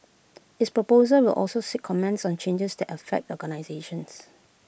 its proposals will also seek comments on changes that affect organisations